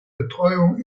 betreuung